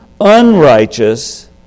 unrighteous